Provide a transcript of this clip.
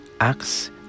acts